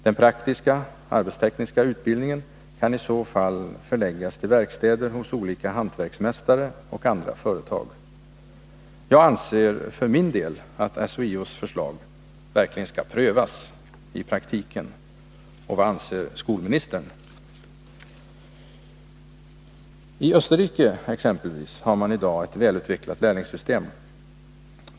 Den praktiska/arbetstekniska utbildningen kan i så fall förläggas till verkstäder hos olika hantverksmästare och andra företag. Jag anser för min del att SHIO:s förslag verkligen skall prövas i praktiken. Vad anser skolministern? I exempelvis Österrike har man i dag ett välutvecklat lärlingssystem.